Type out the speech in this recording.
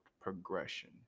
progression